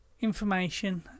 information